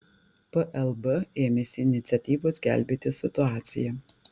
plb ėmėsi iniciatyvos gelbėti situaciją